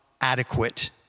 adequate